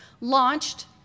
launched